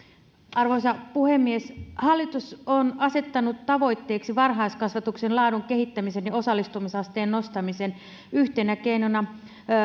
arvoisa puhemies hallitus on asettanut tavoitteeksi varhaiskasvatuksen laadun kehittämisen ja osallistumisasteen nostamisen yhtenä keinona